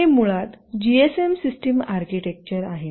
हे मुळात GSM system architecture आहे